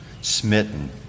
smitten